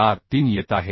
43 येत आहे